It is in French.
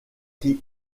qui